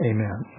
Amen